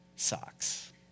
socks